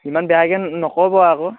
ইমান বেয়াকৈ নক'ব আকৌ